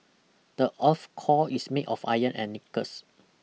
the earth core is made of iron and knickers